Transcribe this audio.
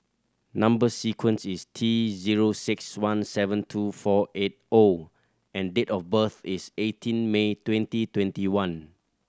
number sequence is T zero six one seven two four eight O and date of birth is eighteen May twenty twenty one